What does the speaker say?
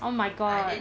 oh my god